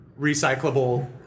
recyclable